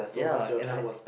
ya and I